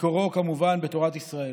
מקורו, כמובן, בתורת ישראל.